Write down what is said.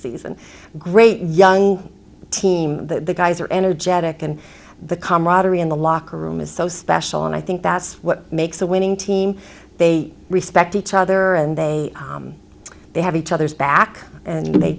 season great young team the guys are energetic and the camaraderie in the locker room is so special and i think that's what makes a winning team they respect each other and they have each other's back and they